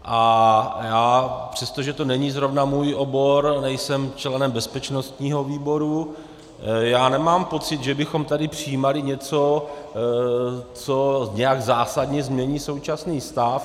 A já, přestože to není zrovna můj obor, nejsem členem bezpečnostního výboru, nemám pocit, že bychom tady přijímali něco, co nějak zásadně změní současný stav.